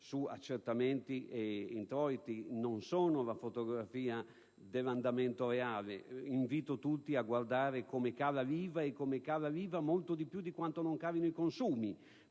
su accertamenti ed introiti e non sono una fotografia dell'andamento reale: invito tutti a osservare come cala l'IVA e come cala molto più di quanto non calino i consumi